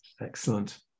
Excellent